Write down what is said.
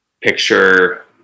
picture